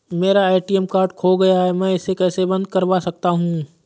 मेरा ATM card खो गया है मैं इसे कैसे बंद करवा सकता हूँ?